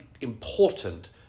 important